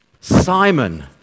Simon